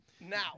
Now